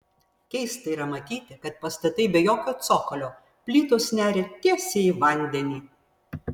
keista yra matyti kad pastatai be jokio cokolio plytos neria tiesiai į vandenį